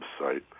website